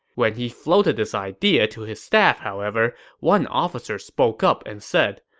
when he floated this idea to his staff, however, one officer spoke up and said,